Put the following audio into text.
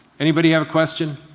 anybody have a question?